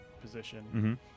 position